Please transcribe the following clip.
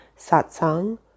satsang